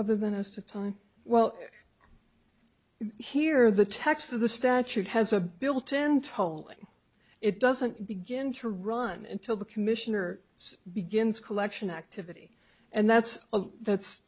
other than as to time well here the text of the statute has a built in tolling it doesn't begin to run in til the commissioner begins collection activity and that's that's